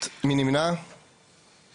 הצבעה לא אושרה.